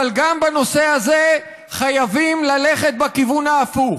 אבל גם בנושא הזה חייבים ללכת בכיוון ההפוך.